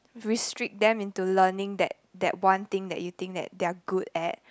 restrict them into learning that that one thing that you think that they are good at